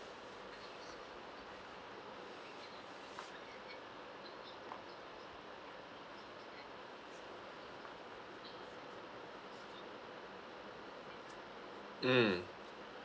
mm